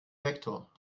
vektor